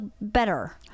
better